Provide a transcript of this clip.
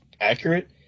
accurate